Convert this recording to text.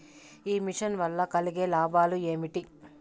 ఈ మిషన్ వల్ల కలిగే లాభాలు ఏమిటి?